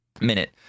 minute